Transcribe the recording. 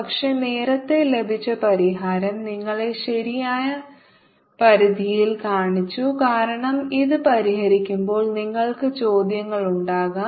പക്ഷേ നേരത്തെ ലഭിച്ച പരിഹാരം നിങ്ങളെ ശരിയായ പരിധിയിൽ കാണിച്ചു കാരണം ഇത് പരിഹരിക്കുമ്പോൾ നിങ്ങൾക്ക് ചോദ്യങ്ങളുണ്ടാകാം